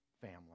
family